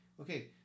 okay